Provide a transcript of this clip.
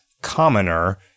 commoner